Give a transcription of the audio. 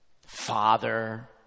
father